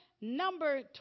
number